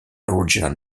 original